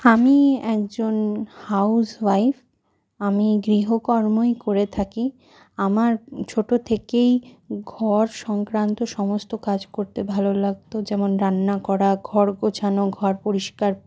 আমি একজন হাউজওয়াইফ আমি গৃহকর্মই করে থাকি আমার ছোটো থেকেই ঘর সংক্রান্ত সমস্ত কাজ করতে ভালো লাগতো যেমন রান্না করা ঘর গোছানো ঘর পরিষ্কার